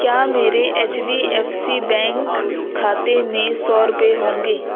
کیا میرے H D F C bank کھاتے میں سو روپے ہوں گے